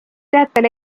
teatel